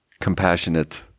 Compassionate